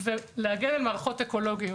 ולהגיע למערכות אקולוגיות.